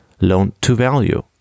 Loan-to-value